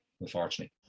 unfortunately